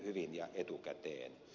hyvin ja etukäteen